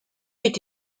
est